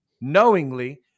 knowingly